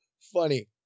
funny